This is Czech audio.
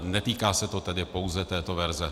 Netýká se to tedy pouze této verze.